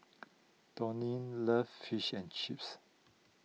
Donnell loves Fish and Chips